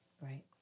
Right